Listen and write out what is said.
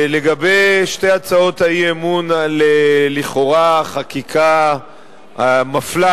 לגבי שתי הצעות האי-אמון על לכאורה חקיקה מפלה,